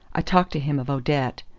i talked to him of odette.